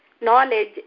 knowledge